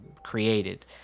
created